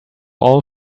all